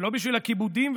ולא בשביל הכיבודים,